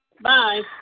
Bye